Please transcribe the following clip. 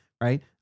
right